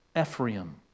Ephraim